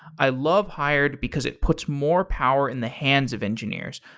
i love hired because it puts more power in the hands of engineers.